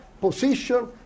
position